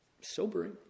sobering